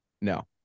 No